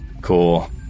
Cool